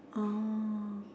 oh